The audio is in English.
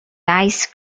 ice